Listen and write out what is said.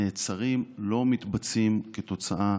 ולא מתבצעים כתוצאה